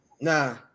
Nah